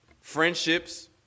friendships